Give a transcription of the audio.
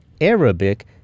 Arabic